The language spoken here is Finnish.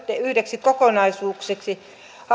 yhdeksi kokonaisuudeksi